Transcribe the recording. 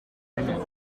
minute